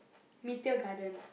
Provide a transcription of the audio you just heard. meteor garden